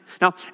Now